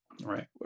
Right